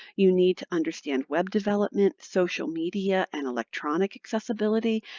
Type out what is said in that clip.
you need to understand web development, social media, and electronic accessibility,